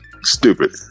stupid